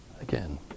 Again